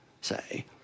say